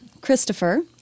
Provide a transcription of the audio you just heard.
Christopher